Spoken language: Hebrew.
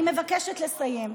אני מבקשת לסיים.